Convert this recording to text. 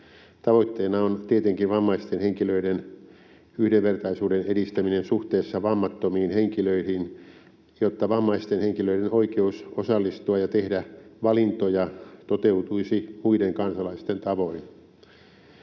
Tavoitteena on tietenkin vammaisten henkilöiden yhdenvertaisuuden edistäminen suhteessa vammattomiin henkilöihin, jotta vammaisten henkilöiden oikeus osallistua ja tehdä valintoja toteutuisi muiden kansalaisten tavoin.